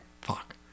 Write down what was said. fuck